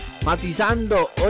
Matizando